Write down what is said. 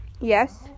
Yes